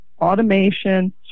automation